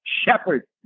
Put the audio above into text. shepherd